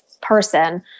person